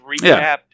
Recap